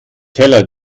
teller